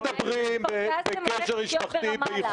שמכפר קאסם הוא יעבור לרמאללה.